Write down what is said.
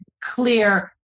clear